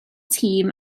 tîm